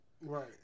Right